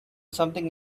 something